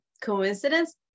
coincidence